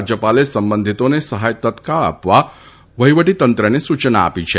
રાજ્યપાલે સંબંધીતોને સહાય તત્કાળ આપવા વહીવટીતંત્રને સૂયના આપી છે